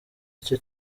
icyo